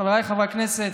חבריי חברי הכנסת,